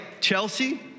Chelsea